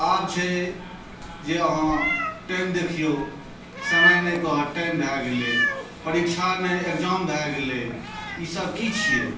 आब छै जे अहाँ टाइम देखियौ समय नहि कहत टाइम गेलै परीक्षा नहि एग्जाम भए गेलै ई सब की छियै